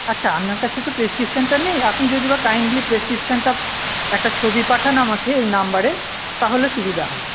আচ্ছা কাছে তো প্রেসক্রিপশনটা নেই আপনি যদি বা কাইন্ডলি প্রেসক্রিপশনটা একটা ছবি পাঠান আমাকে এই নাম্বারে তাহলে সুবিধা হয়